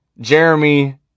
Jeremy